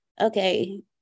okay